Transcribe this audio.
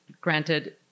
granted